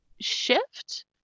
shift